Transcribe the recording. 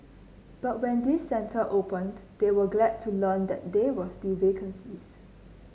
but when this centre opened they were glad to learn that there were vacancies